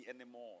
anymore